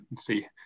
see